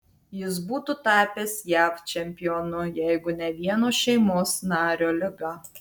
jis būtų tapęs jav čempionu jeigu ne vieno šeimos nario liga